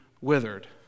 withered